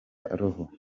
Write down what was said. roho